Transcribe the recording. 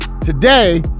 today